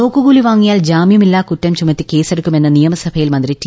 നോക്കുകൂലി വാങ്ങിയിൽ ജാമ്യമില്ലാക്കുറ്റം ചുമത്തി കേസെടുക്കുമെന്ന് നിയമസഭയിൽ മന്ത്രി ടി